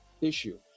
issue